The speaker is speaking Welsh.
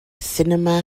sinema